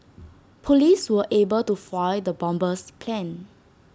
Police were able to foil the bomber's plans